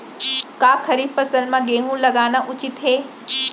का खरीफ फसल म गेहूँ लगाना उचित है?